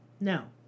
No